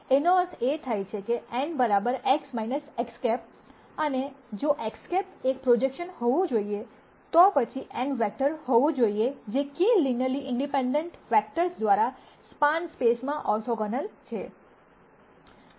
એનો અર્થ એ થાય કે n X X̂ અને જો X̂ એક પ્રોજેકશન હોવું જોઈએ તો પછી n વેક્ટર હોવું જોઈએ જે k લિનયરલી ઇંડિપેંડેન્ટ વેક્ટર્સ દ્વારા સ્પાન સ્પેસ માં ઓર્થોગોનલ છે